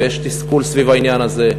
ויש תסכול סביב העניין הזה,